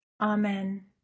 Amen